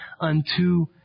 unto